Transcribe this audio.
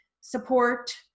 support